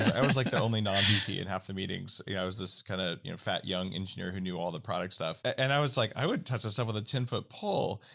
i was like the only non-vp in half the meetings. you know i was this kind of you know fat young engineer who knew all the product stuff and i was like i wouldn't touch this stuff with a ten foot pole,